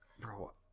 Bro